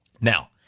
Now